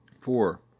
Four